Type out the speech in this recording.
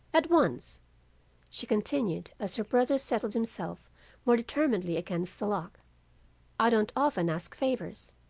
at once she continued as her brother settled himself more determinedly against the lock i don't often ask favors